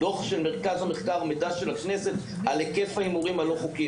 יש דוח של מרכז מחקר והמידע של הכנסת על היקף ההימורים הלא חוקיים.